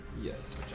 yes